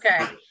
Okay